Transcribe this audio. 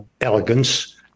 elegance